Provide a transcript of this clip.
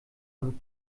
ein